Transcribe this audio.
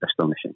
astonishing